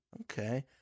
Okay